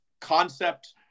concept